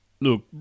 Look